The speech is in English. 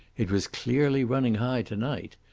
it was clearly running high to-night.